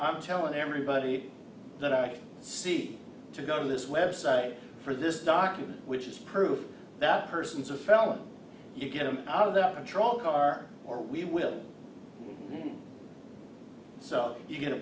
i'm telling everybody that i can see to go to this web site for this document which is proof that person's a felon you get him out of that control car or we will sell you get a